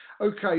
Okay